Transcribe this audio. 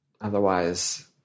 Otherwise